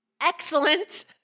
Excellent